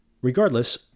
Regardless